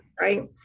right